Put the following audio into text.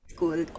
School